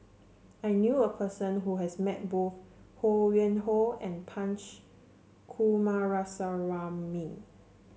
I knew a person who has met both Ho Yuen Hoe and Punch Coomaraswamy